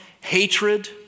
hatred